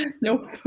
Nope